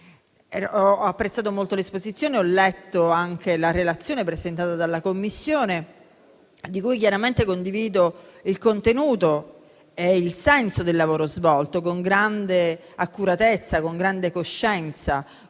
Ho apprezzato molto l'esposizione, ho letto anche la relazione presentata dalla Commissione, di cui chiaramente condivido il contenuto e il senso del lavoro svolto con grande accuratezza, con grande coscienza,